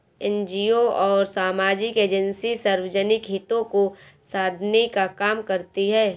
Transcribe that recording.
NGO और सामाजिक agency सार्वजनिक हितों को साधने का काम करती हैं